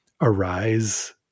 arise